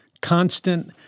constant